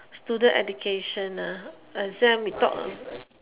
student education exam we talk